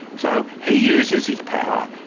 so he uses his power,